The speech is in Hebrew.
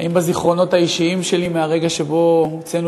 האם בזיכרונות האישיים שלי מהרגע שבו הוצאנו